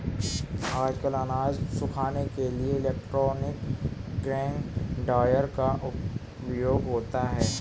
आजकल अनाज सुखाने के लिए इलेक्ट्रॉनिक ग्रेन ड्रॉयर का उपयोग होता है